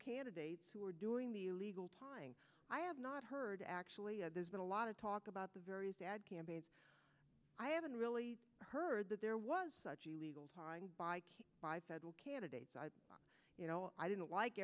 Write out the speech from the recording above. candidates who are doing the legal time i have not heard actually there's been a lot of talk about the various ad campaigns i haven't really heard that there was such illegal spying by five federal candidates you know i didn't like